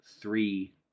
Three